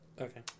Okay